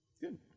Good